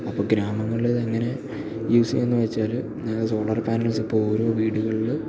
അപ്പോള് ഗ്രാമങ്ങളില് എങ്ങനെയാണ് യൂസ് ചെയ്യുകയെന്ന് വെച്ചാല് സോളർ പാനൽസ് ഇപ്പോള് ഓരോ വീടുകളില്